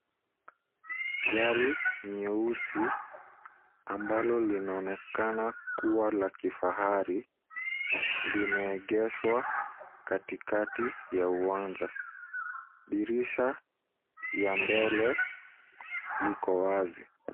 Gari nyeusi ambalo linaonekana kuwa la kifahari limeegeshwa katikati ya uwanja. Dirisha ya mbele liko wazi.